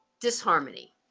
disharmony